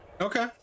Okay